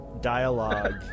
dialogue